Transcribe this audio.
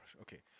Okay